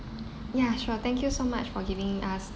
yeah sure thank you so much for giving us